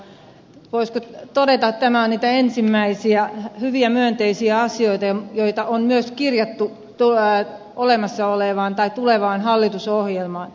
voisi todeta että tämä on niitä ensimmäisiä hyviä myönteisiä asioita joita on myös kirjattu olemassa olevaan hallitusohjelmaan